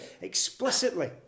explicitly